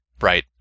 right